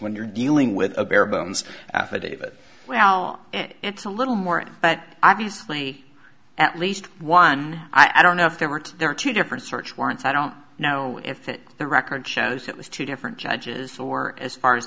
when you're dealing with a bare bones affidavit well it's a little more but obviously at least one i don't know if there weren't there are two different search warrants i don't know if that the record shows it was two different judges or as far as